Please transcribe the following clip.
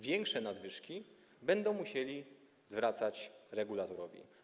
Większe nadwyżki będą musieli zwracać regulatorowi.